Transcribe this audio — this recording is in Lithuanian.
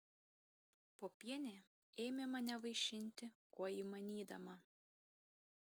popienė ėmė mane vaišinti kuo įmanydama